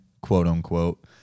quote-unquote